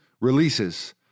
releases